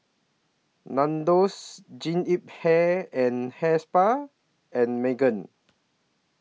Nandos Jean Yip Hair and Hair Spa and Megan